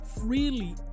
freely